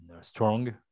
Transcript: strong